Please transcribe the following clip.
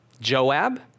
Joab